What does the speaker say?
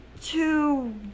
two